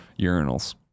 urinals